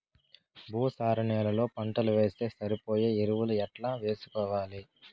భూసార నేలలో పంటలు వేస్తే సరిపోయే ఎరువులు ఎట్లా వేసుకోవాలి?